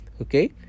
Okay